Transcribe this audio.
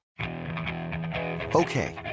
Okay